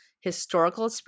historical